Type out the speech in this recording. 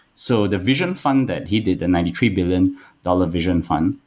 so the vision funded, he did the ninety three billion dollars vision fund.